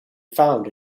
found